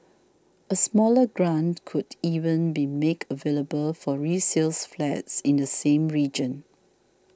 a smaller grant could even be make available for resale flats in the same region